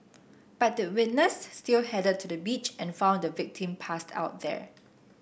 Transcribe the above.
but the witness still headed to the beach and found the victim passed out there